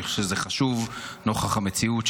אני חושב שזה חשוב נוכח המציאות,